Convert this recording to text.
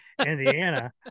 Indiana